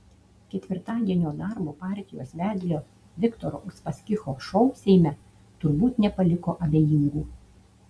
ketvirtadienio darbo partijos vedlio viktoro uspaskicho šou seime turbūt nepaliko abejingų